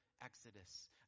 exodus